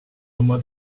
oma